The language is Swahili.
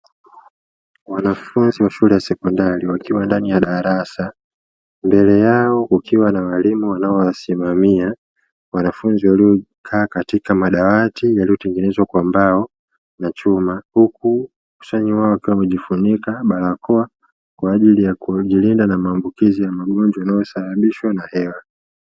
Wanafunzi wa shule ya sekondari wakiwa ndani ya darasa mbele yao ukiwa na walimu wanao wasimamia wanafunzi waliokaa katika madawati yaliyotengenezwa kwa mbao na chuma huku kusanywa kama jifunika barakoa kwa ajili ya kujilinda na maambukizi ya magonjwa yanayosababishwa na hewa.